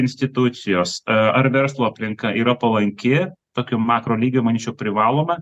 institucijos ar verslo aplinka yra palanki tokiu makrolygio manyčiau privaloma